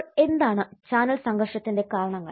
അപ്പോൾ എന്താണ് ചാനൽ സംഘർഷത്തിന്റെ കാരണങ്ങൾ